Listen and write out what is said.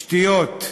שטויות.